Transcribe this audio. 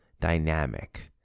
dynamic